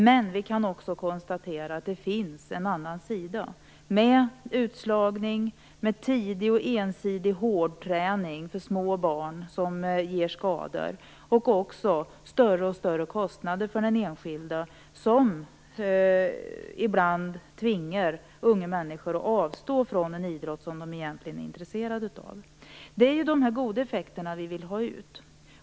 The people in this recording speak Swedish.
Men det finns också en annan sida med utslagning, med tidig och ensidig hårdträning för små barn som ger skador och med större och större kostnader för den enskilde, kostnader som ibland tvingar unga människor att avstå från att utöva en idrottsgren som de egentligen är intresserade av. Det är de goda effekterna som vi vill ha ut.